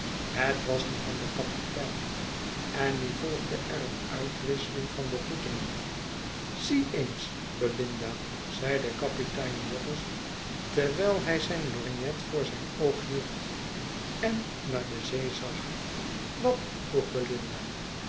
het was die van den kapitein en nu volgde er eene uitwisseling van begroetingen zie eens belinda zeide kapitein waters terwijl hij zijn lorgnet voor zijn oog hield en naar de zee zag wat vroeg belinda